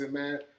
man